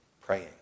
praying